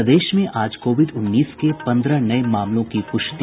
प्रदेश में आज कोविड उन्नीस के पंद्रह नये मामलों की प्रष्टि